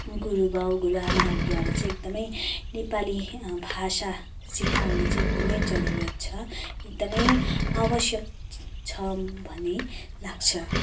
गुरुबाउ गुरुआमाहरूद्वारा चाहिँ एकदमै नेपाली भाषा सिकाउनु चाहिँ एकदमै जरुरत छ एकदमै आवश्यक छ भन्ने लाग्छ